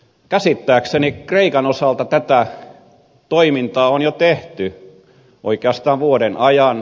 käsittääkseni kreikan osalta tätä toimintaa on jo tehty oikeastaan vuoden ajan